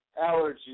allergies